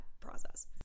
process